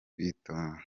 kwitotomba